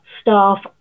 staff